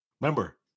Remember